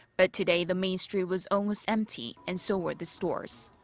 but today, the main street was almost empty, and so were the stores.